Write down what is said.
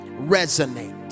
Resonate